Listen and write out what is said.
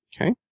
Okay